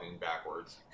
backwards